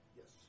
Yes